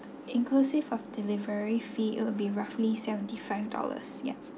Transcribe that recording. inclusive of delivery fee it will be roughly seventy five dollars yup